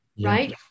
right